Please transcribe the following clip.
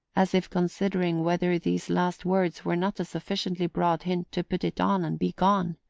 as if considering whether these last words were not a sufficiently broad hint to put it on and be gone.